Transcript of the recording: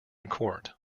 court